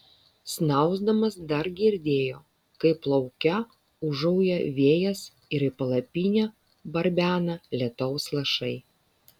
snausdamas dar girdėjo kaip lauke ūžauja vėjas ir į palapinę barbena lietaus lašai